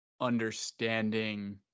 understanding